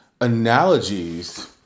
analogies